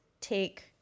take